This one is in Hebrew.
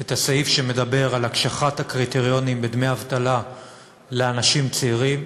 את הסעיף שמדבר על הקשחת הקריטריונים בדמי אבטלה לאנשים צעירים.